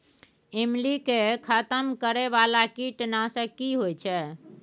ईमली के खतम करैय बाला कीट नासक की होय छै?